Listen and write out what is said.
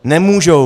Nemůžou.